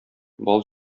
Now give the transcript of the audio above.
бал